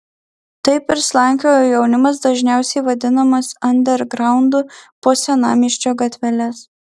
taip ir slankiojo jaunimas dažniausiai vadinamas andergraundu po senamiesčio gatveles